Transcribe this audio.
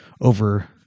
over